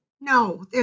No